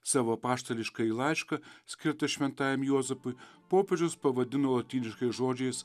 savo apaštališkąjį laišką skirtą šventajam juozapui popiežius pavadino lotyniškais žodžiais